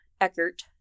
Eckert